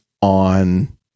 on